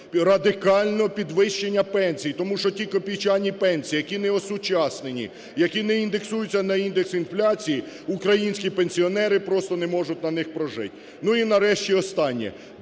радикально підвищення пенсій. Тому що ті копійчані пенсії, які не осучаснені, які не індексуються на індекс інфляції, українські пенсіонери просто не можуть на них прожити. Ну і, нарешті, останнє.